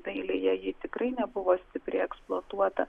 dailėje ji tikrai nebuvo stipriai eksploatuota